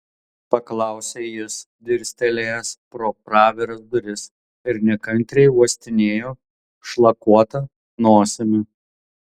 paklausė jis dirstelėjęs pro praviras duris ir nekantriai uostinėjo šlakuota nosimi